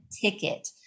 ticket